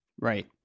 Right